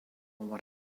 what